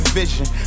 vision